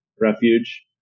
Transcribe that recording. refuge